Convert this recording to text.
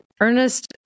Ernest